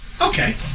Okay